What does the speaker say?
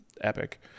epic